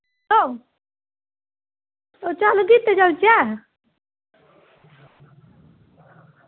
ओ ओह् चल गीते चलचै